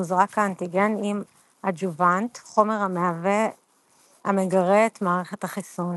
מוזרק האנטיגן עם אדג'וונט - חומר המגרה את מערכת החיסון.